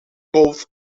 both